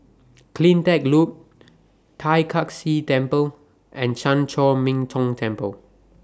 CleanTech Loop Tai Kak Seah Temple and Chan Chor Min Tong Temple